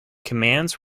commands